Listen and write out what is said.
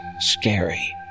Scary